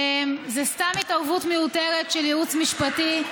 זו סתם התערבות מיותרת של ייעוץ משפטי.